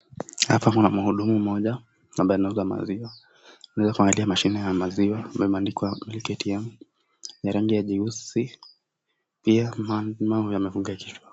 Hapa kuna mhudumu mmoja, ambaye anauza maziwa aneza angalia mashini ya maziwa ambaye, imeandikwa reke tm ya rangi ya jeusi, pia amefunga kichwa.